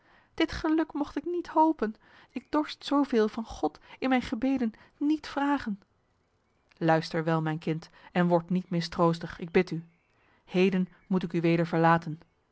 dit geluk mocht ik niet hopen ik dorst zo veel van god in mijn gebeden niet vragen luister wel mijn kind en word niet mistroostig ik bid u heden moet ik u weder verlaten